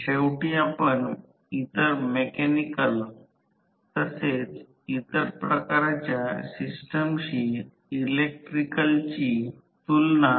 तर ही ऑटोट्रान्सफॉर्मर सारखी आणखी 1 किंवा 2 उदाहरणे आहेत आणि या गोष्टीस काय म्हणतात आम्ही पुढील व्हिडिओ व्याख्यानात दिसेल